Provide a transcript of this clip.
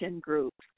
groups